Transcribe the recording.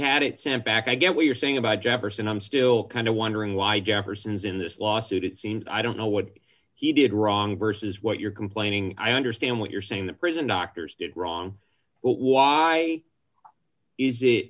had it sent back i get what you're saying about jefferson i'm still kind of wondering why jefferson's in this lawsuit it seems i don't know what he did wrong versus what you're complaining i understand what you're saying the prison doctors did wrong but why is it